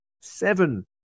Seven